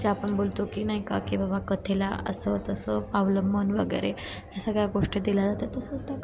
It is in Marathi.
जे आपण बोलतो की नाही का की बाबा कथेला असं तसं अवलंबून वगैरे या सगळ्या गोष्टी दिल्या जाते तसं त्या